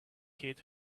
kid